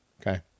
okay